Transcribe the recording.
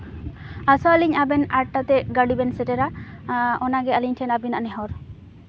ᱟᱥᱚᱜ ᱟᱹᱞᱤᱧ ᱟᱵᱮᱱ ᱟᱴᱴᱟ ᱛᱮ ᱜᱟᱹᱰᱤ ᱵᱮᱱ ᱥᱮᱴᱮᱨᱟ ᱚᱱᱟ ᱜᱮ ᱟᱹᱵᱤᱱ ᱴᱷᱮᱱ ᱟᱹᱞᱤᱧᱟᱜ ᱱᱮᱦᱚᱨ